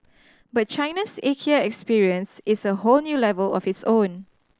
but China's Ikea experience is a whole new level of its own